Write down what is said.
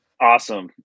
awesome